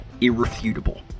irrefutable